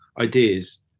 ideas